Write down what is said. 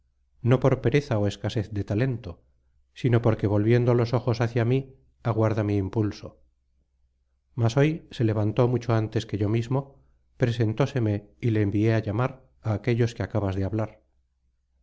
no por pereza ó escasez de talento sino porque volviendo los ojos hacia mí aguarda mi impulso mas hoy se levantó mucho antes que yo mismo presentóseme y le envié á llamar á aquellos de que acabas de hablar